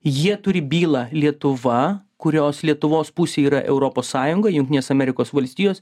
jie turi bylą lietuva kurios lietuvos pusė yra europos sąjunga jungtinės amerikos valstijos